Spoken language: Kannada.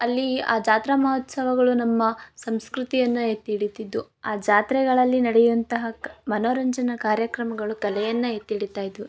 ಅಲ್ಲಿ ಆ ಜಾತ್ರಾ ಮಹೋತ್ಸವಗಳು ನಮ್ಮ ಸಂಸ್ಕೃತಿಯನ್ನು ಎತ್ತಿ ಹಿಡಿತಿದ್ವು ಆ ಜಾತ್ರೆಗಳಲ್ಲಿ ನಡೆಯುವಂತಹ ಕ ಮನರಂಜನ ಕಾರ್ಯಕ್ರಮಗಳು ಕಲೆಯನ್ನು ಎತ್ತಿ ಹಿಡಿತಾಯಿದ್ವು